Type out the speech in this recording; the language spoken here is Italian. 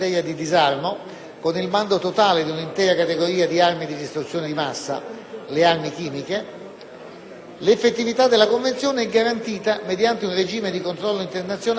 L'effettività della Convenzione è garantita mediante un regime di controllo internazionale basato su dichiarazioni e, soprattutto, verifiche accurate sul territorio degli Stati aderenti.